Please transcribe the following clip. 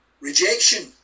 Rejection